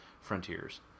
Frontiers